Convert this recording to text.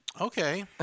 Okay